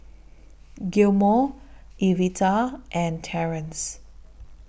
Gilmore Evita and Terrence